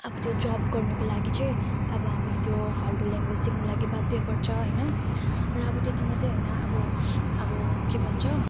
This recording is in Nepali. अब त्यो जब गर्नुको लागि चाहिँ अब हामी त्यो फाल्टु ल्याङग्वेज सिक्नु लागि बाध्य पर्छ हैन र अब त्यति मात्रै हैन अब अब के भन्छ